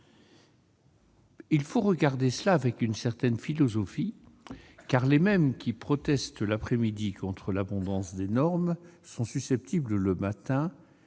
Il faut regarder cela avec une certaine philosophie, car les mêmes qui protestent l'après-midi contre l'abondance des normes sont susceptibles d'en